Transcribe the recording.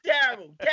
Terrible